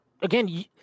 again